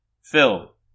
Phil